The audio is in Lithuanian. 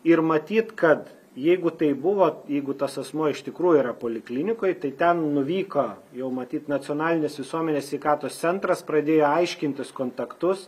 ir matyt kad jeigu tai buvo jeigu tas asmuo iš tikrųjų yra poliklinikoj tai ten nuvyko jau matyt nacionalinis visuomenės sveikatos centras pradėjo aiškintis kontaktus